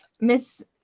Miss